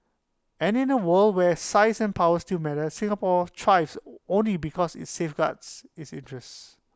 and in A world where size and power still matter Singapore thrives only because IT safeguards its interests